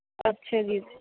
ਅੱਛਾ ਜੀ ਅੱਛਾ